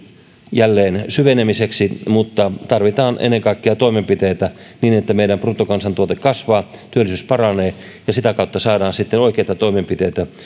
jälleen syvenemiseksi mutta tarvitaan ennen kaikkea toimenpiteitä niin että meidän bruttokansantuote kasvaa työllisyys paranee ja sitä kautta saadaan sitten oikeita toimenpiteitä